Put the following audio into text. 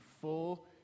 Full